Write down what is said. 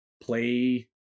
play